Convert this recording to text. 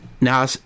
Now